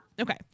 okay